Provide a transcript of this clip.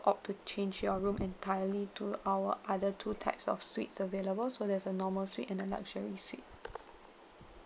opt to change your room entirely to our other two types of suites available so there's a normal suite and a luxury suite